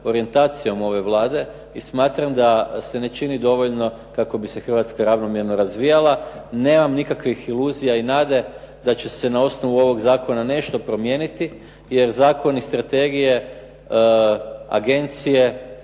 orijentacijom ove Vlade i smatram da se ne čini dovoljno kako bi se Hrvatska ravnomjerno razvijala. Nemam nikakvih iluzija i nade da će se na osnovu ovog zakona nešto promijeniti, jer zakon iz strategije agencije